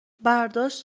برداشت